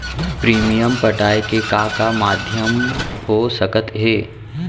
Premium पटाय के का का माधयम हो सकत हे?